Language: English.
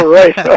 right